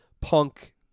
punk